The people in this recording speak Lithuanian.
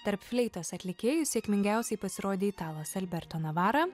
tarp fleitos atlikėjų sėkmingiausiai pasirodė italas alberto navara